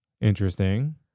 Interesting